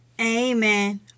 Amen